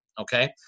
Okay